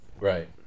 Right